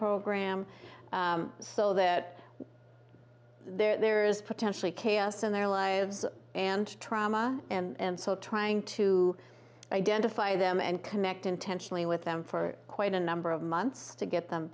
program so that there's potentially chaos in their lives and trauma and so trying to identify them and connect intentionally with them for quite a number of months to get them